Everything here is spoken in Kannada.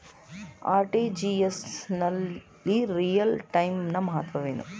ಆರ್.ಟಿ.ಜಿ.ಎಸ್ ನಲ್ಲಿ ರಿಯಲ್ ಟೈಮ್ ನ ಮಹತ್ವವೇನು?